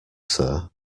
sir